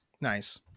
Nice